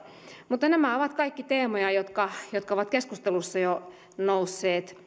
mutta nämä ovat kaikki teemoja jotka jotka ovat keskustelussa jo nousseet